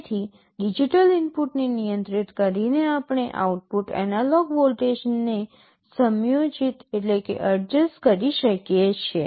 તેથી ડિજિટલ ઇનપુટને નિયંત્રિત કરીને આપણે આઉટપુટ એનાલોગ વોલ્ટેજને સમયોજિત કરી શકીએ છીએ